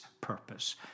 purpose